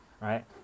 Right